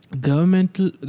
governmental